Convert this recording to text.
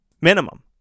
Minimum